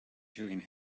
chewing